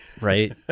right